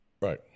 Right